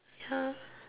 ya